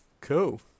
Cool